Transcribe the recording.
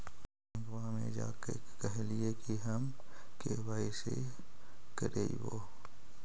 बैंकवा मे जा के कहलिऐ कि हम के.वाई.सी करईवो?